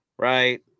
Right